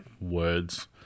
words